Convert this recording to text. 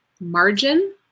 margin